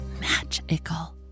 magical